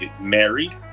married